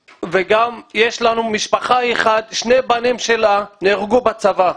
יש לנו משפחה אחת ששני הבנים שלה נהרגו בצבא,